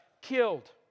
killed